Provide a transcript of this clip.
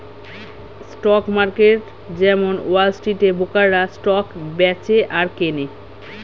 stock market যেমন wall স্ট্রিটে ব্রোকাররা স্টক বেচে আর কেনে